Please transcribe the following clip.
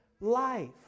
life